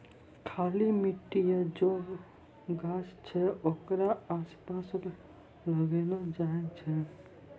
खाली मट्टी या जे गाछ छै ओकरे आसपास लगैलो जाय छै